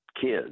kids